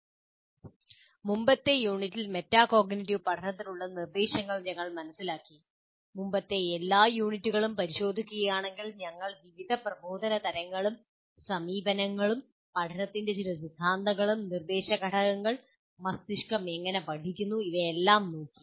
" മുമ്പത്തെ യൂണിറ്റിൽ മെറ്റാകോഗ്നിറ്റീവ് പഠനത്തിനുള്ള നിർദ്ദേശങ്ങൾ ഞങ്ങൾ മനസിലാക്കി മുമ്പത്തെ എല്ലാ യൂണിറ്റുകളും പരിശോധിക്കുകയാണെങ്കിൽ ഞങ്ങൾ വിവിധ പ്രബോധന തരങ്ങളും സമീപനങ്ങളും പഠനത്തിന്റെ ചില സിദ്ധാന്തങ്ങളും നിർദ്ദേശ ഘടകങ്ങൾ മസ്തിഷ്കം എങ്ങനെ പഠിക്കുന്നു ഇവയെല്ലാം നോക്കി